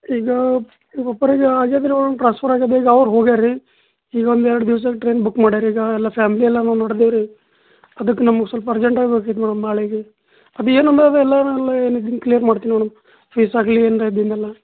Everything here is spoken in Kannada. ಇದೂ ನಮ್ಮ ಅಪ್ಪರಿಗೆ ಆಗ್ಯದೆ ರೀ ಮೇಡಮ್ ಟ್ರಾನ್ಸ್ಫರ್ ಆಗ್ಯದೆ ಈಗ ಅವ್ರು ಹೋಗ್ಯಾರೆ ರೀ ಈಗ ಒಂದು ಎರಡು ದಿವ್ಸ್ದಲ್ಲಿ ಟ್ರೇನ್ ಬುಕ್ ಮಾಡ್ಯಾರೆ ಈಗ ಎಲ್ಲ ಫ್ಯಾಮ್ಲಿ ಎಲ್ಲಾನು ಹೊರ್ಟೇವಿ ರೀ ಅದಕ್ಕೆ ನಮಗೆ ಸ್ವಲ್ಪ ಅರ್ಜೆಂಟ್ ಆಗಿ ಬೇಕಿತ್ತು ಮೇಡಮ್ ನಾಳೆಗೆ ಅದು ಏನು ಅದೆ ಅದೆಲ್ಲನು ಎಲ್ಲ ಏನು ಇದನ್ನು ಕ್ಲಿಯರ್ ಮಾಡ್ತೀನಿ ಮೇಡಮ್ ಫೀಸ್ ಆಗಲಿ ಏನರು ಆಗಲಿ ಅದೆಲ್ಲ